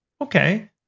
okay